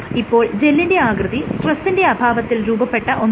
ഇപ്പോൾ ജെല്ലിന്റെ ആകൃതി സ്ട്രെസിന്റെ അഭാവത്തിൽ രൂപപ്പെട്ട ഒന്നാണ്